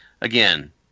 Again